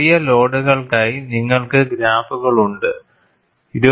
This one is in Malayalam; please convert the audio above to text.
ചെറിയ ലോഡുകൾക്കായി നിങ്ങൾക്ക് ഗ്രാഫുകൾ ഉണ്ട് 22